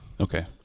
Okay